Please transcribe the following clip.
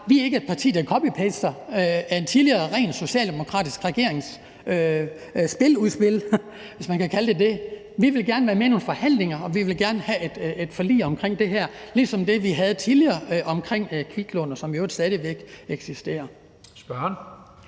at vi ikke er et parti, der copy-paster fra en tidligere rent socialdemokratisk regerings spiludspil, hvis man kan kalde det det. Vi vil gerne være med i nogle forhandlinger, og vi vil gerne have et forlig omkring det her ligesom det, vi tidligere havde om kviklån, og som jo i øvrigt stadig væk eksisterer. Kl.